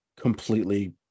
completely